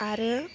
आरो